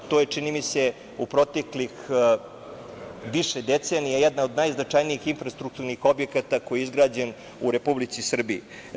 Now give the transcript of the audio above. To je čini mi se u proteklih više decenija jedna od najznačajnijih infrastrukturnih objekata koja je izgrađena u Republici Srbiji.